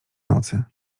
nocy